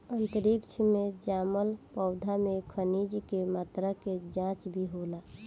अंतरिक्ष में जामल पौधा में खनिज के मात्रा के जाँच भी होला